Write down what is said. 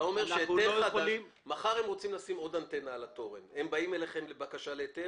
אם מחר הם ירצו לשים עוד אנטנה על התורן הם יבואו אליכם בבקשה להיתר?